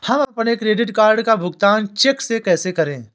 हम अपने credit card का भुगतान चेक से कैसे करें?